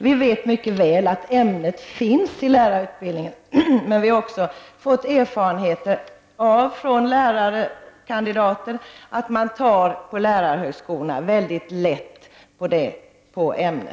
Vi vet mycket väl att ämnet finns i lärarutbildningen, men vi har också av lärarkandidater fått veta att man på lärarhögskolorna tar väldigt lätt på detta ämne.